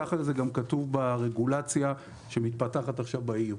ככה זה כתוב גם ברגולציה שמתפתחת עכשיו ב-EU.